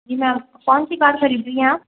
जी ma'am कौन सी car खरीद रही हैं आप